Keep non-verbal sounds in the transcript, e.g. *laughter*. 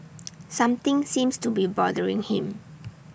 *noise* something seems to be bothering him